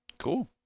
Cool